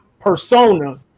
persona